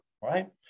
right